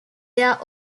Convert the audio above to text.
their